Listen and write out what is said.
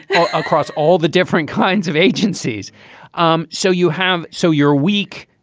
and across all the different kinds of agencies um so you have so you're weak.